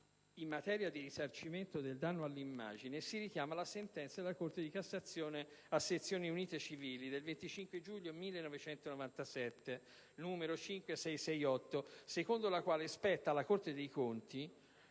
in materia di risarcimento del danno all'immagine, si richiama la sentenza della Corte di cassazione a sezioni unite civili del 25 giugno 1997, n. 5668, secondo la quale spetta alla Corte dei conti